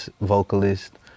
vocalist